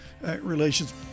Relations